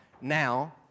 Now